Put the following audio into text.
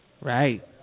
Right